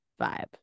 vibe